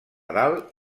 dalt